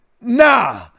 Nah